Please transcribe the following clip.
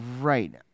Right